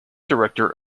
director